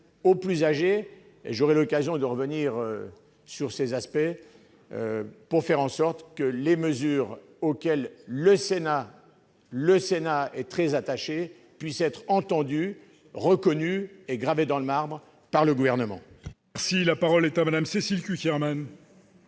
aux plus âgées. J'aurai l'occasion de revenir sur ces questions. Il faut faire en sorte que les mesures auxquelles le Sénat est très attaché soient reconnues et gravées dans le marbre par le Gouvernement.